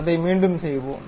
அதை மீண்டும் செய்வோம்